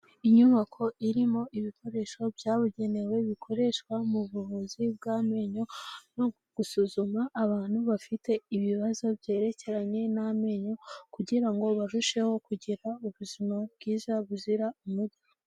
Inyubako irimo ibikoresho byabugenewe bikoreshwa mu buvuzi bw'amenyo no gusuzuma abantu bafite ibibazo byerekeranye n'amenyo, kugirango barusheho kugira ubuzima bwiza buzira umuze.